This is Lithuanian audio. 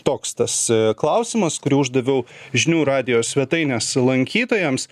toks tas klausimas kurį uždaviau žinių radijo svetainės lankytojams